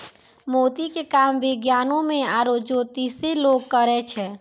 मोती के काम विज्ञानोॅ में आरो जोतिसें लोग करै छै